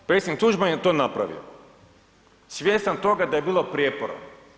Predsjednik Tuđman je to napravio svjestan toga da je bilo prijepora.